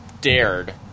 dared